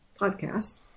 podcast